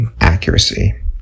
accuracy